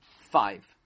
five